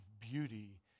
beauty